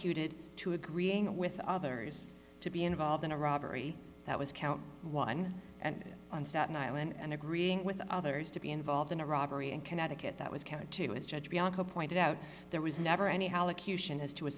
it to agreeing with others to be involved in a robbery that was count one on staten island and agreeing with others to be involved in a robbery in connecticut that was count two as judge bianco pointed out there was never any